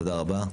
תודה רבה.